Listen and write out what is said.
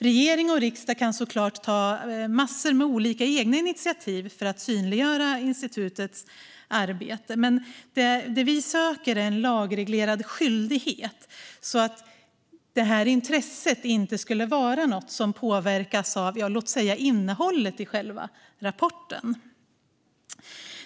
Regering och riksdag kan såklart ta massor av egna initiativ för att synliggöra institutets arbete, men det vi söker är en lagreglerad skyldighet så att det här intresset inte är något som påverkas av innehållet i själva rapporten.